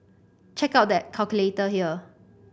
check out the calculator here